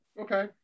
Okay